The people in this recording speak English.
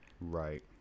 Right